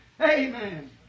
Amen